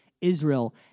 Israel